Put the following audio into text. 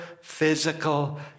physical